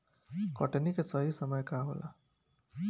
कटनी के सही समय का होला?